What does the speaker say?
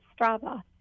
Strava